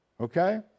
Okay